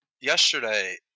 yesterday